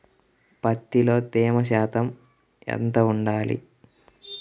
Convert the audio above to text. పత్తిలో తేమ శాతం ఎంత ఉండాలి?